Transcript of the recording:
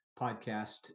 podcast